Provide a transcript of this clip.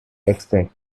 expect